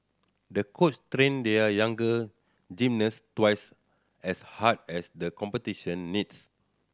the coach trained their young gymnast twice as hard as the competition needs